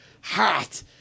HOT